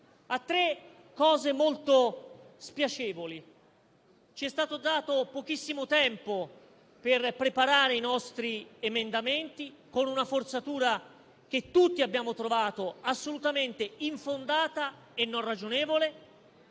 situazioni molto spiacevoli: ci è stato dato pochissimo tempo per preparare i nostri emendamenti, con una forzatura che tutti abbiamo trovato assolutamente infondata e non ragionevole.